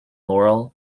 laurel